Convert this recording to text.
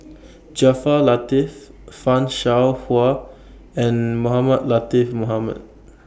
Jaafar Latiff fan Shao Hua and Mohamed Latiff Mohamed